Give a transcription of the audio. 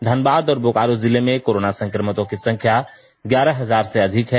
धनबाद और बोकारो जिले में कोरोना संक्रमितों की संख्या ग्यारह हजार से अधिक है